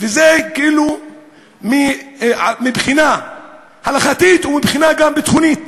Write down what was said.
וזה כאילו מבחינה הלכתית, וגם מבחינה ביטחונית.